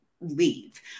leave